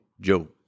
Joe